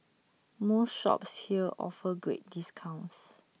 most shops here offer great discounts